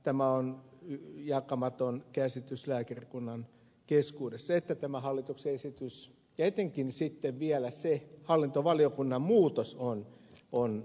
tämä on jakamaton käsitys lääkärikunnan keskuudessa että tämä hallituksen esitys ja etenkin vielä se hallintovaliokunnan muutos on perusteeton